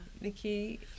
Nikki